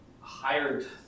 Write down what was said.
hired